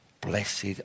Blessed